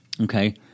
Okay